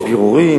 יש בירורים,